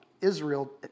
Israel